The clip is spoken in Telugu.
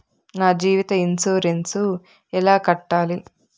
నా జీవిత ఇన్సూరెన్సు ఎలా కట్టాలి?